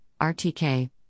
RTK